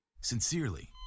Sincerely